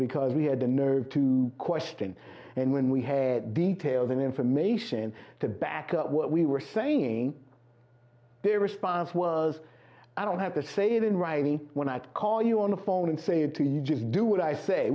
because we had the nerve to question and when we had detailed information to back up what we were saying their response was i don't have to say it in writing when i call you on the phone and say it to you just do what i say